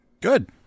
Good